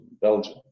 Belgium